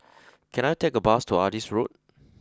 can I take a bus to Adis Road